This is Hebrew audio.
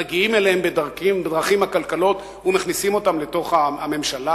מגיעים אליהם בדרכים עקלקלות ומכניסים אותם לממשלה?